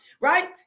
right